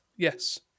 Yes